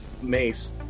mace